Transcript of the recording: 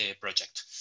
project